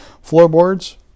floorboards